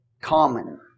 common